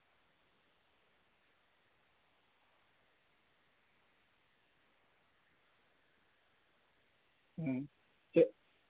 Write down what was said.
च